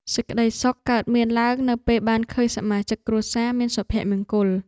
សេចក្ដីសុខកើតមានឡើងនៅពេលបានឃើញសមាជិកគ្រួសារមានសុភមង្គល។